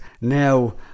now